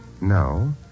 No